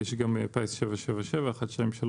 פיס 777 ו-123,